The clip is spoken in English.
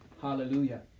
Hallelujah